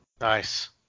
Nice